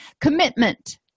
Commitment